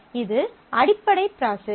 இது அடிப்படை ப்ராசஸ்